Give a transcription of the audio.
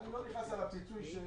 אני לא נכנס לפיצוי של